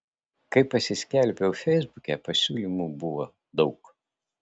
kai pasiskelbiau feisbuke pasiūlymų buvo daug